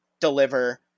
deliver